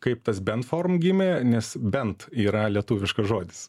kaip tas bentform gimė nes bent yra lietuviškas žodis